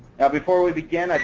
now, before we begin,